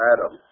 Adam